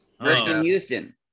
Houston